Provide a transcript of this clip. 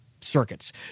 circuits